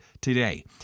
today